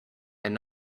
and